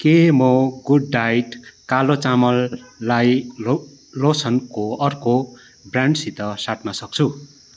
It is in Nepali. के म गुडडायट कालो चामललाई लो लोसनको अर्को ब्रान्डसित साट्न सक्छु